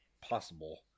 possible